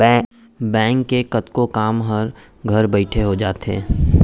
bank के कतको काम हर घर बइठे अब हो जाथे